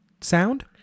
sound